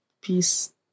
peace